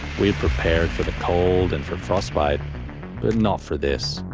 we had prepared for the cold and for frostbite, but not for this.